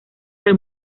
del